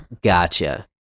Gotcha